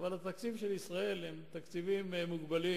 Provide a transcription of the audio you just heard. אבל התקציבים של ישראל הם תקציבים מוגבלים.